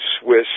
Swiss